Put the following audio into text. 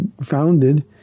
founded